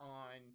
on